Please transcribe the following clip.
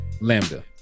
Lambda